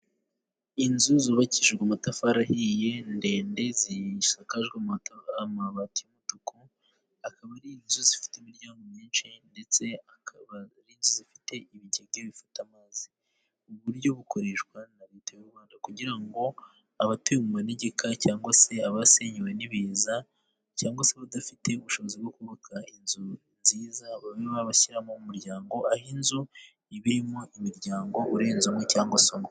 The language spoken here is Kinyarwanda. Inzu zubakishijwe amatafari ahiye ndende zisakajwe amabati y'umutuku, akaba ari inzu zifite imiryango myinshi, ndetse zikaba zifite ibigega bifata amazi. Ubu buryo bukoreshwa na leta y'u Rwanda kugira ngo abatuye mu manegeka cyangwa se abasenyewe n'ibiza cyangwa se abadafite ubushobozi bwo kubaka inzu nziza babe bashyiramo umuryango, aho inzu iba irimo imiryango irenze umwe cyangwa se umwe.